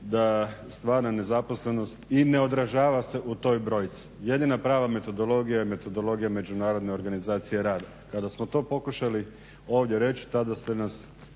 da stvarna nezaposlenost i neodražava se u toj brojci. Jedina prva metodologija je metodologija Međunarodne organizacije rada. Kada smo to pokušali ovdje reći tada ste nas